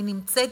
אני נמצאת